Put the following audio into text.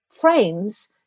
frames